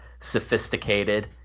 sophisticated